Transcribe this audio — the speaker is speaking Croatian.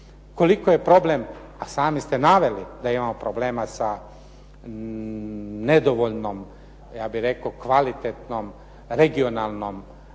Koliko je problem, a sami ste naveli da imamo problema sa nedovoljnom ja bih rekao kvalitetnom regionalnom